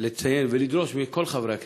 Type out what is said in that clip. לציין ולדרוש מכל חברי הכנסת,